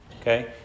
okay